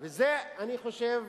וזה, אני חושב,